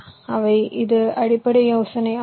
எனவே இது அடிப்படை யோசனை ஆகும்